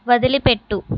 వదిలిపెట్టు